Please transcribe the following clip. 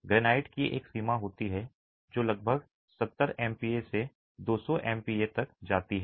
granite की एक सीमा होती है जो लगभग 70 MPa से 200 MPa तक जाती है